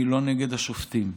אני לא נגד השופטים,